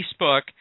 Facebook